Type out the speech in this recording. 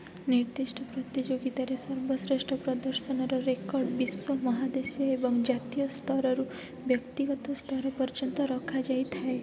ନିର୍ଦ୍ଦିଷ୍ଟ ପ୍ରତିଯୋଗିତାରେ ସର୍ବଶ୍ରେଷ୍ଠ ପ୍ରଦର୍ଶନର ରେକର୍ଡ଼ ବିଶ୍ୱ ମହାଦେଶୀୟ ଏବଂ ଜାତୀୟ ସ୍ତରରୁ ବ୍ୟକ୍ତିଗତ ସ୍ତର ପର୍ଯ୍ୟନ୍ତ ରଖାଯାଇଥାଏ